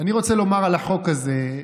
אני רוצה לומר על החוק הזה,